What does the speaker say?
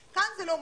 כאן זה לא מוכר.